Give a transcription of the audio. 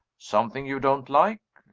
something you don't like?